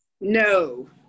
No